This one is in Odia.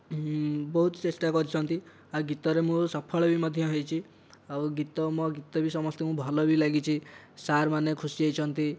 ବହୁତ ଚେଷ୍ଟା କରିଛନ୍ତି ଆଉ ଗୀତରେ ମୁଁ ସଫଳ ବି ମଧ୍ୟ ହେଇଛି ଆଉ ଗୀତ ମୋ ଗୀତ ଭି ସମସ୍ତଙ୍କୁ ଭଲ ଭି ଲାଗିଛି ସାର୍ମାନେ ଖୁସି ହେଇଛନ୍ତି